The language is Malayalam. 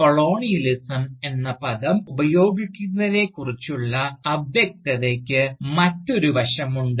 കൊളോണിയലിസം എന്ന പദം ഉപയോഗിക്കുന്നതിനെക്കുറിച്ചുള്ള അവ്യക്തതയ്ക്ക് മറ്റൊരു വശമുണ്ട്